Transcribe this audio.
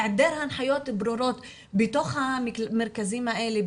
היעדר הנחיות ברורות בתוך המרכזים האלה,